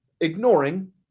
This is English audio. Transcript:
ignoring